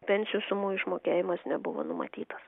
pensijų sumų išmokėjimas nebuvo numatytas